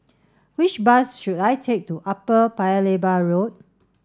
which bus should I take to Upper Paya Lebar Road